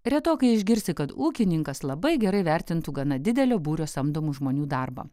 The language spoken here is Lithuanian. retokai išgirsi kad ūkininkas labai gerai vertintų gana didelio būrio samdomų žmonių darbą